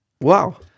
Wow